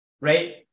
right